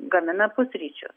gamina pusryčius